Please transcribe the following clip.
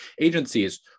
agencies